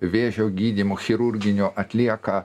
vėžio gydymo chirurginio atlieka